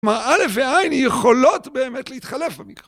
כלומר א' ו-ע' יכולות באמת להתחלף במקרא.